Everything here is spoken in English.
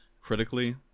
critically